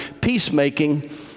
peacemaking